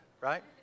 right